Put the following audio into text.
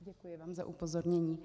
Děkuji vám za upozornění.